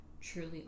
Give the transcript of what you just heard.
truly